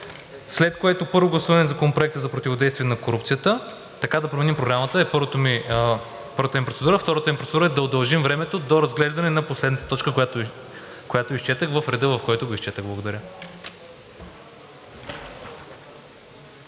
след което първо гласуване на Законопроекта за противодействие на корупцията – така да променим Програмата е първата ми процедура. Втората ми процедура е да удължим времето до разглеждането и на последната точка, която изчетох, в реда, в който го изчетох. Благодаря.